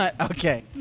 Okay